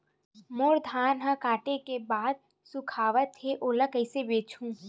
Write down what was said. मोर धान ह काटे के बाद सुखावत हे ओला कइसे बेचहु?